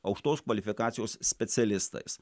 aukštos kvalifikacijos specialistais